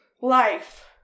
life